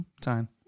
time